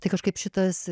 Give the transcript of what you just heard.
tai kažkaip šitas